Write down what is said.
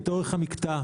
את אורך המקטע,